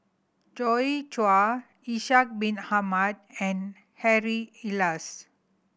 Joi Chua Ishak Bin Ahmad and Harry Elias